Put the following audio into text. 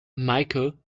meike